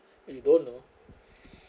when you don't know